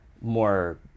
more